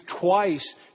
twice